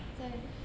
对